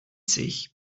sich